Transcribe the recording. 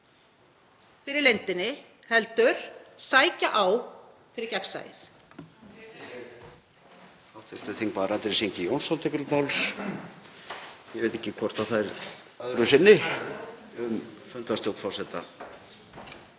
fyrir leyndina heldur sækja á fyrir gagnsæið.